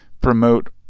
promote